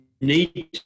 need